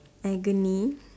agony